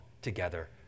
together